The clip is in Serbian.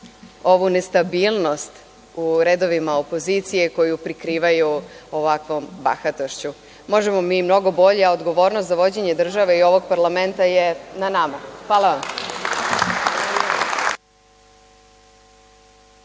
ovu nestabilnost u redovima opozicije koju prikrivaju ovakvom bahatošću. Možemo mi mnogo bolje, a odgovornost za vođenje države i ovog parlamenta je na nama. Hvala vam.